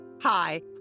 Hi